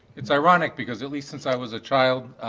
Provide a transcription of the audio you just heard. it's ironic because, at least since i was a child,